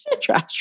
trash